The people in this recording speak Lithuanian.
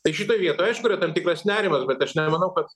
tai šitoj vietoj aišku yra tam tikras nerimas bet aš nemanau kad